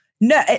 No